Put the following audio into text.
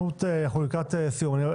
אנו לקראת סיום.